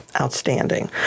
Outstanding